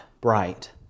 bright